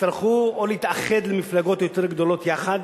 יצטרכו או להתאחד למפלגות יותר גדולות יחד,